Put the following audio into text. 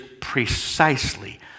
precisely